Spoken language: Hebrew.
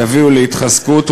יביאו להתחזקות,